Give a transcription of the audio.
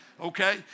Okay